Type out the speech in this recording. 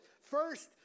First